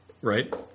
right